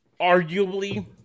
arguably